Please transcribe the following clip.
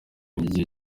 igihe